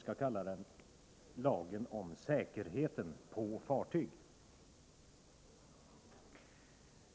som tidigare lagen om säkerheten på fartyg.